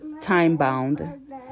time-bound